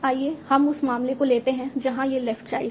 आइए हम उस मामले को लेते हैं जहां यह लेफ्ट चाइल्ड है